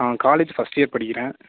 நான் college first year படிக்கிறேன்